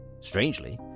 Strangely